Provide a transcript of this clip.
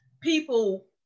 people